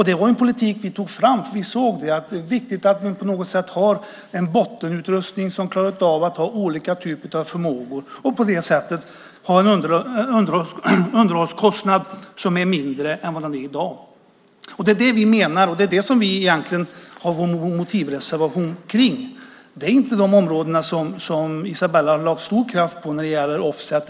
Det var en politik vi tog fram, för vi såg att det var viktigt att ha en bottenutrustning som klarar av olika typer av förmågor och på det sättet ha en underhållskostnad som är mindre än vad den är i dag. Det är det vi menar, och det är det som vi har vår motivreservation om. Det var inte de områdena som Isabella lade stor kraft på när det gällde offset.